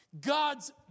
God's